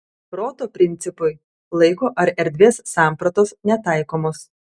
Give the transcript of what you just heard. proto principui laiko ar erdvės sampratos netaikomos